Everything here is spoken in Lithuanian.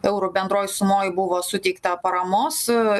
eurų bendroj sumoj buvo suteikta paramos su